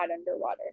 underwater